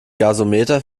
gasometer